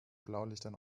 blaulichtern